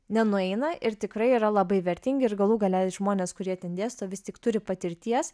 nenueina ir tikrai yra labai vertingi ir galų gale žmonės kurie ten dėsto vis tik turi patirties